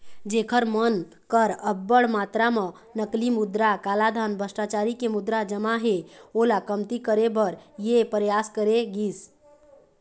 जेखर मन कर अब्बड़ मातरा म नकली मुद्रा, कालाधन, भस्टाचारी के मुद्रा जमा हे ओला कमती करे बर ये परयास करे गिस